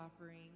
offering